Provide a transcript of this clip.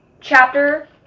chapter